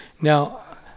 Now